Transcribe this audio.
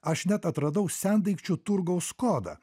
aš net atradau sendaikčių turgaus kodą